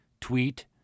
tweet